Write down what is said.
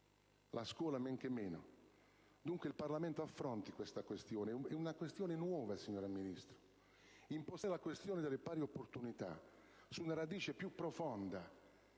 La scuola men che meno! Dunque il Parlamento affronti questa questione: è una questione nuova, signora Ministro. Impostare la questione delle pari opportunità sulla radice più profonda